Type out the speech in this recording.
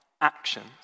actions